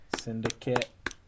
Syndicate